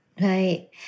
Right